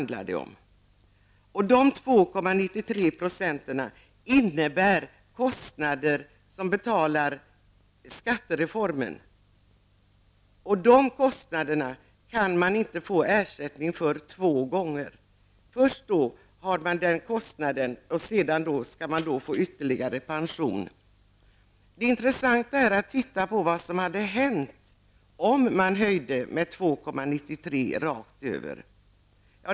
Dessa 2,93 % innebär kostnader för att betala skattereformen. De kostnaderna kan man inte få ersättning för två gånger -- först har man kostnader och sedan skall man få ytterligare pension. Det intressanta är att titta på vad som skulle ha hänt om man hade höjt med 2,93 % rakt över.